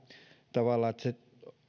tavalla että se